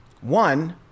One